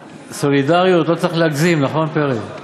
סולידריות, לא צריך להגזים, נכון, פרי?